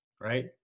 right